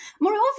Moreover